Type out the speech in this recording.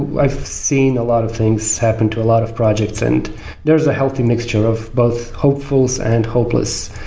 i've seen a lot of things happen to a lot of projects and there is a healthy mixture of both hopefuls and hopeless.